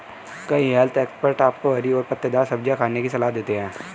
कई health expert आपको हरी और पत्तेदार सब्जियां खाने की सलाह देते हैं